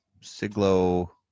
Siglo